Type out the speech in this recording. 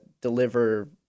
deliver